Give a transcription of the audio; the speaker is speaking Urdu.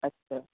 اچھا